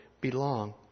belong